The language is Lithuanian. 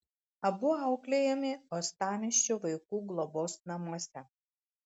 abu auklėjami uostamiesčio vaikų globos namuose